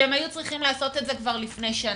שהם היו צריכים כבר לעשות את זה לפני שנה.